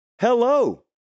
hello